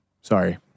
Sorry